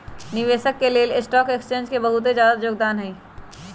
निवेशक स के लेल स्टॉक एक्सचेन्ज के बहुत जादा योगदान हई